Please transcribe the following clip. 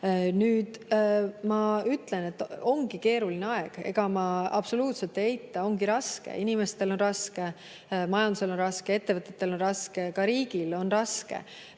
Nüüd, ma ütlen, et ongi keeruline aeg. Ma absoluutselt ei eita, ongi raske. Inimestel on raske, majandusel on raske, ettevõtetel on raske, ka riigil on raske.